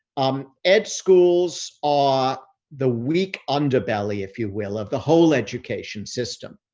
um ed schools are the weak underbelly, if you will, of the whole education system.